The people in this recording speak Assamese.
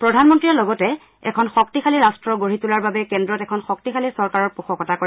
প্ৰধানমন্ত্ৰীয়ে লগতে এখন শক্তিশালী ৰাট্ট গঢ়ি তোলাৰ বাবে কেন্দ্ৰত এখন শক্তিশালী চৰকাৰৰ পোষকতা কৰে